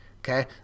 Okay